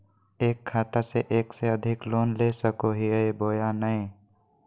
एक खाता से एक से अधिक लोन ले सको हियय बोया नय?